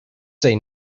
say